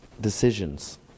decisions